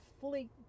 fully